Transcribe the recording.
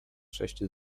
sześć